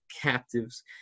captives